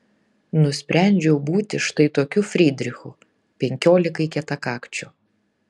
nusprendžiau būti štai tokiu frydrichu penkiolikai kietakakčių